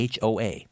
HOA